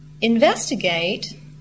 investigate